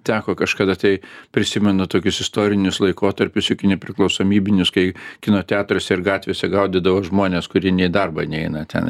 teko kažkada kai prisimenu tokius istorinius laikotarpius iki nepriklausomybinius kai kino teatruose ir gatvėse gaudydavo žmones kurie nė į darbą neina tenai